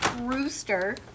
rooster